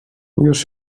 już